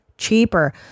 cheaper